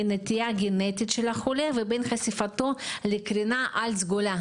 נטייה גנטית של החולה לבין הפיכתו לקרינה אולטרה סגולה,